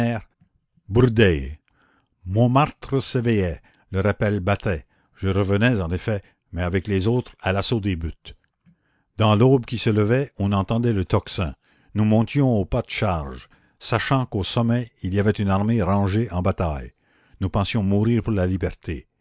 s'éveillait le rappel battait je revenais en effet mais avec les autres à l'assaut des buttes dans l'aube qui se levait on entendait le tocsin nous montions au pas de charge sachant qu'au sommet il y avait une armée rangée en bataille nous pensions mourir pour la liberté